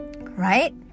right